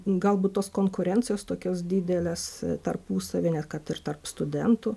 galbūt tos konkurencijos tokios didelės tarpusavy net kad ir tarp studentų